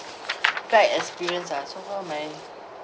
bad experience ah so far my